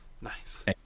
Nice